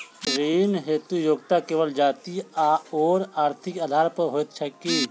ऋण हेतु योग्यता केवल जाति आओर आर्थिक आधार पर होइत छैक की?